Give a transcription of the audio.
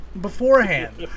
beforehand